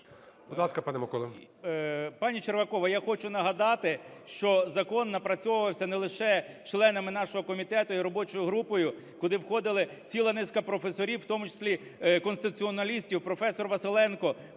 Пані Червакова, я хочу нагадати, що закон напрацьовувався не лише членами нашого комітету і робочою групою, куди входили ціла низка професорів, в тому числі конституціоналістів (професор Василенко),